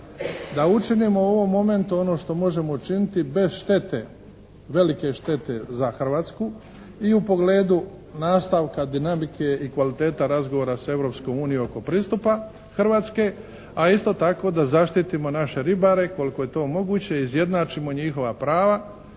da učinimo u ovom momentu ono što možemo učiniti bez štete, velike štete za Hrvatsku i u pogledu nastavka dinamike i kvalitete razgovora s Europskom unijom oko pristupa Hrvatske, a isto tako da zaštitimo naše ribare koliko je to moguće, izjednačimo njihova prava